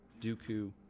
Dooku